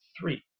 three